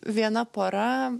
viena pora